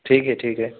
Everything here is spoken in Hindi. ठीक है ठीक है